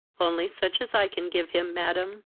only such as i can give him, madam.